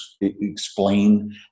explain